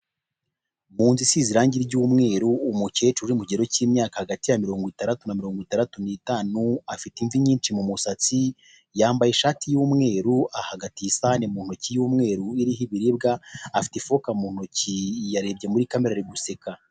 Mu nzu isize irangi ry'umweru, umukecuru uri mu kigero cy'imyaka hagati ya mirongo itandatu na mirongo itandatu n'itanu, afite imvi nyinshi mu musatsi, yambaye ishati y'umweru, ahagati iyi isahani mu ntoki y'umweru, iriho ibiribwa, afite ifoke mu ntoki yarebye muri kamera ari guseka.